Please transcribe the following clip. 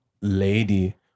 lady